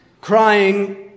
crying